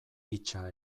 hitsa